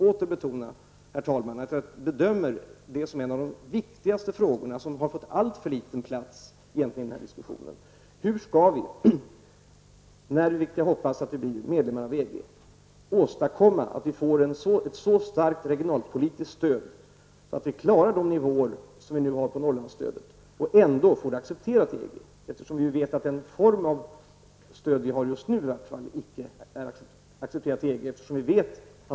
Jag vill åter betona att jag bedömer att en av de viktigaste frågorna har fått alltför liten plats i den här diskussionen. Hur skall vi när vi blir medlemmar i EG -- vilket jag hoppas vi blir -- åstadkomma att vi får ett så starkt regionalpolitiskt stöd att vi klarar den nivå som vi nu har på Norrlandsstödet och ändå får det accepterat i EG? Vi vet att den form av stöd som vi i dag har inte är accepterad i EG.